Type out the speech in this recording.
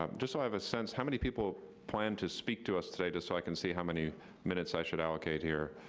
um just so i have a sense how many people plan to speak to us today, just so i can see how many minutes i should allocate here.